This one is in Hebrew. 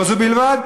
לא זו בלבד,